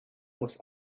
was